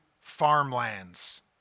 farmlands